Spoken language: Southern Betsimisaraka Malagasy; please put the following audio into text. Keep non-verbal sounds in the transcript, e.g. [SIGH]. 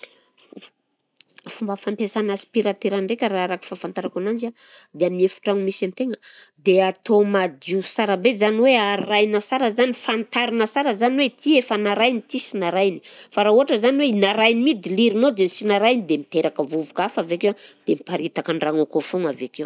F- [NOISE] fomba fampiasana aspiratera ndraika raha araky fahafantarako ananjy a dia amy efitrano misy an-tegna, dia atao madio sara be, zany hoe arahina sara zany, fantarina sara zany hoe ity efa narahina ity sy narahina, fa raha ohatra zany hoe i narahina mi dilirinao dia sy narahina miteraka vovoka hafa avy akeo, dia miparitaka an-dragno akao foagna avy akeo.